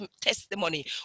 testimony